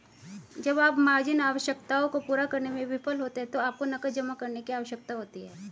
जब आप मार्जिन आवश्यकताओं को पूरा करने में विफल होते हैं तो आपको नकद जमा करने की आवश्यकता होती है